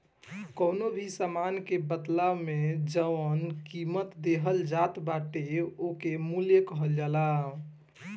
कवनो भी सामान के बदला में जवन कीमत देहल जात बाटे ओके मूल्य कहल जाला